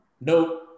no